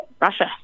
russia